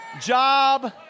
Job